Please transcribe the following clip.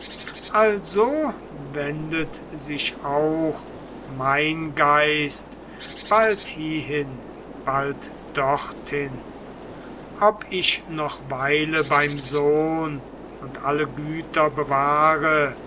also wendet sich auch mein geist bald hiehin bald dorthin ob ich auch weile beim sohn und alle güter bewahre